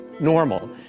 normal